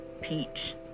peach